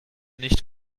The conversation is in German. nicht